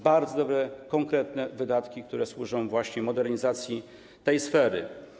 Bardzo dobre, konkretne wydatki, które służą modernizacji tej sfery.